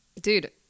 dude